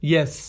Yes